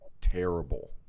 terrible